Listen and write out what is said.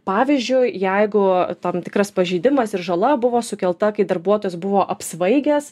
pavyzdžiui jeigu tam tikras pažeidimas ir žala buvo sukelta kai darbuotojas buvo apsvaigęs